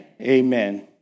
Amen